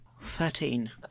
Thirteen